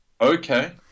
Okay